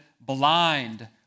blind